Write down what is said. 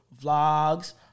vlogs